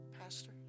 Pastor